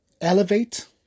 elevate